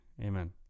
amen